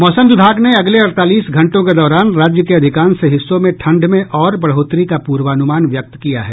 मौसम विभाग ने अगले अड़तालीस घंटों के दौरान राज्य के अधिकांश हिस्सों में ठंड में और बढ़ोतरी का पूर्वानुमान व्यक्त किया है